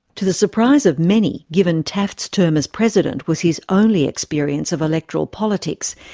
to the surprise of many, given taft's term as president was his only experience of electoral politics,